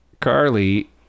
Carly